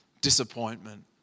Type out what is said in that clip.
disappointment